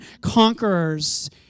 conquerors